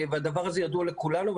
הדבר הזה ידוע לכולנו,